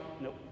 Nope